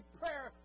prayer